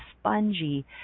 spongy